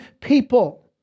people